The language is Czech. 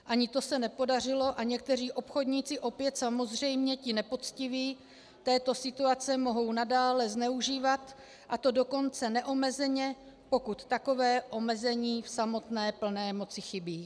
Ani to se nepodařilo a někteří obchodníci, opět samozřejmě ti nepoctiví, této situace mohou nadále zneužívat, a to dokonce neomezeně, pokud takové omezení samotné plné moci chybí.